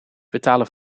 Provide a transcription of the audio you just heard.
betalen